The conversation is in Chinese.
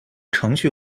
程序